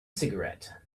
cigarette